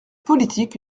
politique